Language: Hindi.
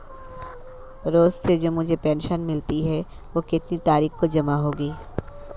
रोज़ से जो मुझे पेंशन मिलती है वह कितनी तारीख को जमा होगी?